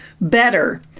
better